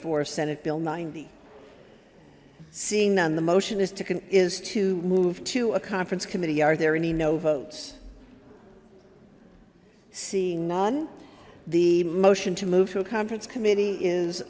for senate bill ninety seeing none the motion is to can to move to a conference committee are there any no votes seeing none the motion to move to a conference committee is